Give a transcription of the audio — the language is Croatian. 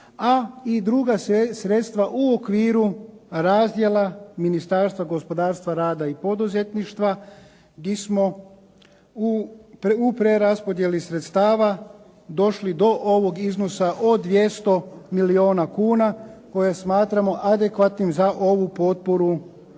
a i druga sredstva u okviru razdjela Ministarstva gospodarstva, rada i poduzetništva gdje smo u preraspodjeli sredstava došli do ovog iznosa od 200 milijuna kuna koje smatramo adekvatnim za ovu potporu